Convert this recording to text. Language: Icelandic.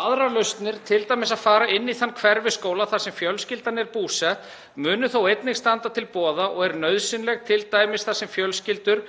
Aðrar lausnir, t.d. að fara inn í þann hverfisskóla þar sem fjölskyldan er búsett, munu þó einnig standa til boða og er nauðsynleg t.d. þar sem fjölskyldur